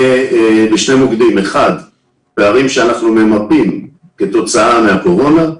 מוקדים: פערים שאנחנו ממפים כתוצאה מהקורונה,